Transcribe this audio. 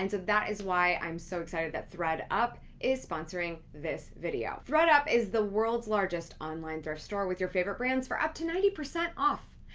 and so that is why i'm so excited that thredup is sponsoring this video. thredup is the world's largest online thrift store with your favorite brands for up to ninety percent off.